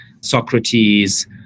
Socrates